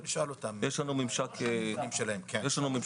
יש לנו ממשק טוב איתם.